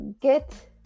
get